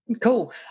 cool